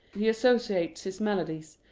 he associates his maladies,